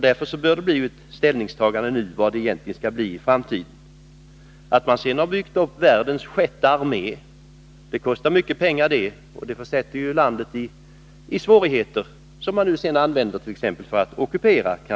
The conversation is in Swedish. Därför bör vi ta ställning till hur mycket vi egentligen skall ge i framtiden. Att Vietnam sedan har byggt upp världens sjätte armé, som man har använt t.ex. för att ockupera Kampuchea, kostar också mycket pengar och försätter därmed landet i ytterligare svårigheter.